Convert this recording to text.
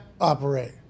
operate